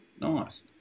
Nice